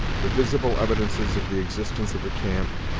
the visible evidences of the existence of the camp,